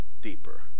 deeper